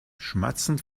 schmatzend